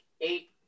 eight